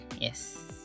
yes